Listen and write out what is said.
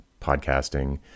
podcasting